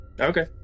Okay